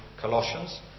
Colossians